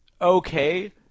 okay